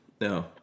No